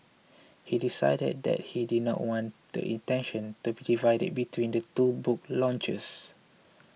he decided that he didn't want the attention to be divided between the two book launches